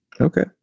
Okay